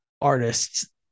artists